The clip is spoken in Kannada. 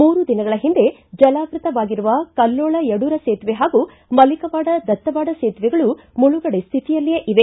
ಮೂರು ದಿನಗಳ ಹಿಂದೆ ಜಲಾವೃತವಾಗಿರುವ ಕಲ್ಲೋಳ ಯಡೂರ ಸೇತುವೆ ಹಾಗೂ ಮಲಿಕವಾಡ ದತ್ತವಾಡ ಸೇತುವೆಗಳು ಮುಳಗಡೆ ಸ್ವಿತಿಯಲ್ಲಿಯೇ ಇವೆ